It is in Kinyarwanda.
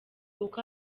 uko